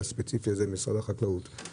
משרד החקלאות באופן ספציפי.